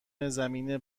زمین